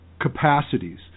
capacities